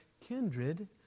kindred